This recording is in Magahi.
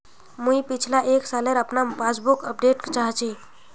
मुई पिछला एक सालेर अपना पासबुक अपडेट चाहची?